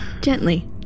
Gently